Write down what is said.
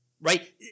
Right